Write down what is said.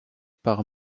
par